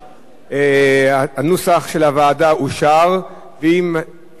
הנוסח של הוועדה אושר, כפי נוסח הוועדה,